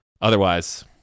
otherwise